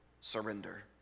surrender